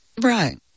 Right